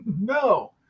no